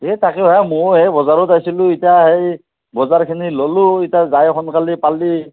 হে তাকে হে মউ হে বজাৰত আইছিলোঁ হে ইতা বজাৰখিনি ল'লোঁ যাই ইতা শুনকালেই পালি